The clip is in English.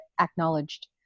acknowledged